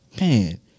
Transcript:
Man